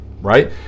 right